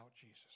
Jesus